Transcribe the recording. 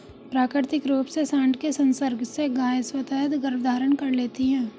प्राकृतिक रूप से साँड के संसर्ग से गायें स्वतः गर्भधारण कर लेती हैं